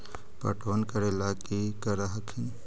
पटबन करे ला की कर हखिन?